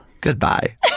goodbye